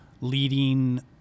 leading